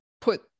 put